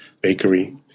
bakery